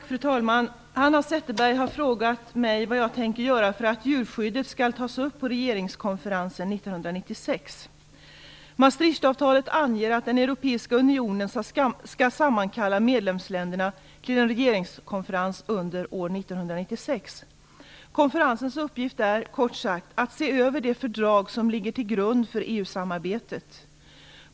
Fru talman! Hanna Zetterberg har frågat mig vad jag tänker göra för att djurskyddet skall tas upp på regeringskonferensen 1996. Maastrichtavtalet anger att den europeiska unionen skall sammankalla medlemsländerna till en regeringskonferens under år 1996. Konferensens uppgift är, kort sagt, att se över de fördrag som ligger till grund för EU-samarbetet.